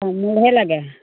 তামোলহে লাগে